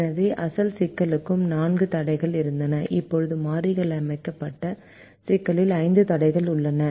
எனவே அசல் சிக்கலுக்கு நான்கு தடைகள் இருந்தன இப்போது மாற்றியமைக்கப்பட்ட சிக்கலில் ஐந்து தடைகள் உள்ளன